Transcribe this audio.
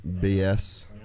BS